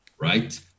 right